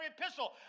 epistle